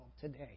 today